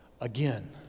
Again